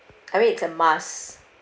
I mean it's a must